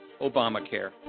Obamacare